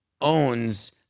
owns